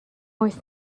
wyth